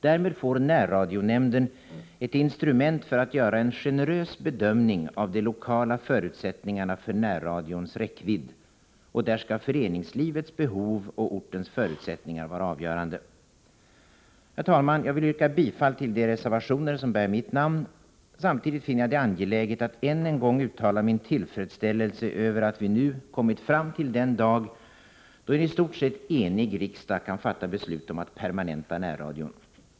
Därmed får närradionämnden ett instrument för att göra en generös bedömning av de lokala förutsättningarna för närradions räckvidd, och där skall föreningslivets behov och ortens förutsättningar vara avgörande. Herr talman! Jag vill yrka bifall till de reservationer som bär mitt namn. Samtidigt finner jag det angeläget att än en gång uttala min tillfredsställelse över att vi kommit fram till den dag då en i stort sett enig riksdag kan fatta beslut om att permanenta närradion.